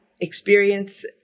experience